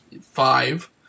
five